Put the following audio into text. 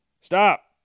Stop